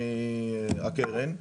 הקרן,